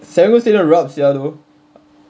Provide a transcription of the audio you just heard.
serangoon stadium rabs sia though